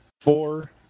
four